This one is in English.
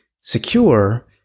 secure